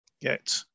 get